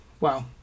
Wow